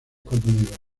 contenidos